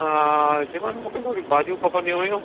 मूंखे थोरियूं भाॼियूं खपंदियूं हुयूं